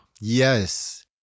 Yes